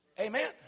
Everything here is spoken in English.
Amen